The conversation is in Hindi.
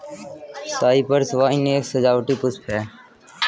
साइप्रस वाइन एक सजावटी पुष्प है